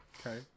okay